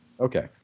Okay